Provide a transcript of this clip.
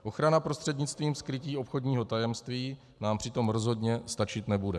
Ochrana prostřednictvím skrytí obchodního tajemství nám přitom rozhodně stačit nebude.